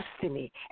destiny